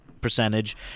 percentage